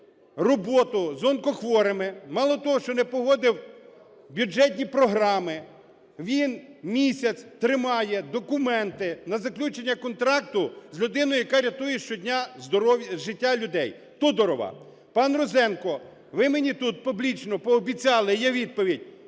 роботу з онкохворими, мало того, що не погодив бюджетні програми, він місяць тримає документи на заключення контракту з людиною, яка рятує щодня життя людей, – Тодурова. Пан Розенко, ви мені тут публічно пообіцяли, є відповідь: